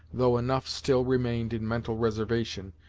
though enough still remained in mental reservation,